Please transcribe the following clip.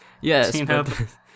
Yes